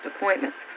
appointments